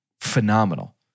phenomenal